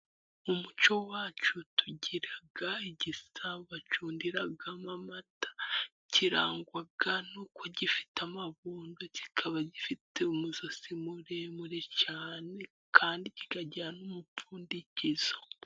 Mu muco wacu tugira igisabo bacundiramo amata, kirangwa n'uko gifite amabondo, kikaba gifite umujosi muremure cyane, kandi kikagira n'umupfundikizo.